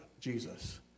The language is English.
Jesus